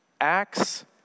Acts